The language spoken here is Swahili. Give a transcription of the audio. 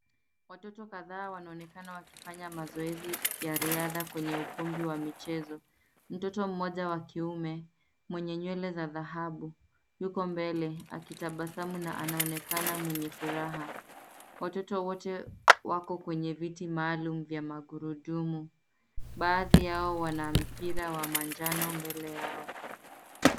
Watoto kadhaa wanaonekana wakifanya mazoezi ya riadha kwenye ukumbi wa michezo. Mtoto mmoja wa kiume mwenye nywele za dhahabu yuko mbele akitabasamu na anaonekana mwenye furaha. Watoto wote wako kwenye viti maalum vya magurudumu, baadhi yao wana mpira wa manjano mbele yao.